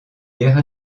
guerre